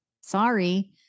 Sorry